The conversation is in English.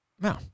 no